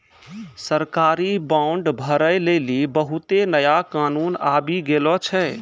सरकारी बांड भरै लेली बहुते नया कानून आबि गेलो छै